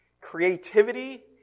creativity